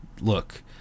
Look